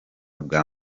bwa